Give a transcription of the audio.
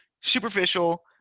superficial